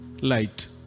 light